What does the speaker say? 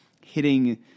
hitting